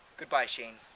goodbye, shane.